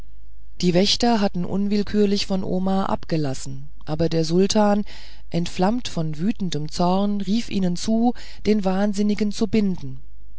die wächter hatten unwillkürlich von omar abgelassen aber der sultan entflammt von wütendem zorn rief ihnen zu den wahnsinnigen zu binden